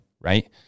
right